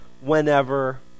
whenever